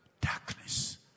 Darkness